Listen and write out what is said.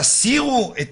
תסירו את